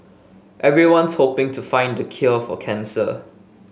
everyone's hoping to find the cure for cancer